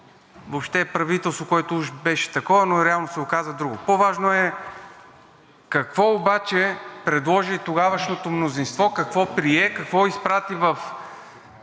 правителство, което уж беше такова, но реално се оказа друго. По-важно е какво обаче предложи тогавашното мнозинство и какво прие. Какво изпрати в